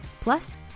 Plus